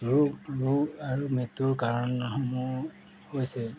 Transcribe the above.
ৰোগ ৰোগ আৰু মৃত্য়ুৰ কাৰণসমূহ হৈছে